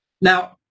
Now